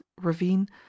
ravine